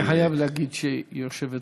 אני חייב להגיד שיושבת-ראש